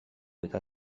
eta